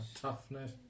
toughness